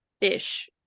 ish